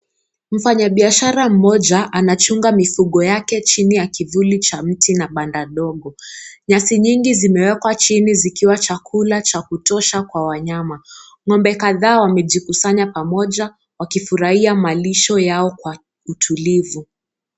Mfanyabiashara mmoja anachunga mifugo yake chini ya kivuli cha mti na banda dogo. Nyasi nyingi zimewekwa chini zikiwa chakula cha kutosha kwa wanyama. Ng'ombe kadhaa wamejikusanya pamoja wakifurahia malisho yao kwa utulivu.